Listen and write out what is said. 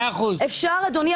אדוני,